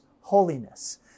holiness